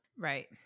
Right